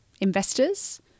investors